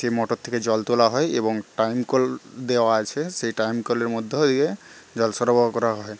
সেই মোটর থেকে জল তোলা হয় এবং টাইম কল দেওয়া আছে টাইম কলের মধ্যে দিয়ে জল সরবরাহ করা হয়